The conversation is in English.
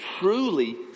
truly